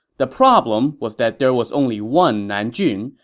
the problem was that there was only one nanjun,